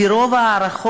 לפי רוב ההערכות,